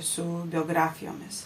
su biografijomis